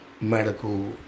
medical